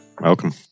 Welcome